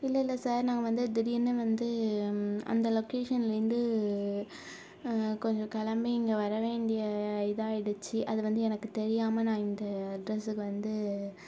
இல்லை இல்லை சார் நான் வந்து திடீர்ன்னு வந்து அந்த லொகேஷன்லேந்து கொஞ்ச கிளம்பி இங்கே வர வேண்டிய இதாக ஆயிடுச்சு அது வந்து எனக்கு தெரியாமல் நான் இந்த அட்ரஸ்க்கு வந்து